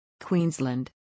Queensland